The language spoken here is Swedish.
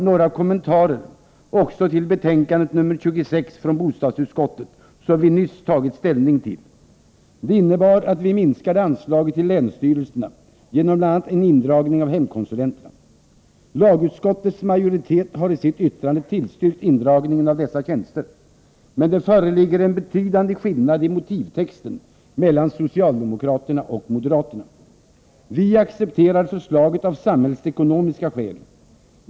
Några kommentarer också till bostadsutskottets betänkande 26, som vi nyss tagit ställning till. Det innebar att vi minskade anslaget till länsstyrelserna genom bl.a. en indragning av hemkonsulenterna. Lagutskottets majoritet har i sitt yttrande tillstyrkt indragningen av dessa tjänster, men det föreligger en betydande skillnad i motivtexten mellan socialdemokraterna och moderaterna. Vi accepterar förslaget av samhällsekonomiska skäl.